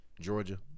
Georgia